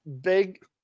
big